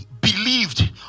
believed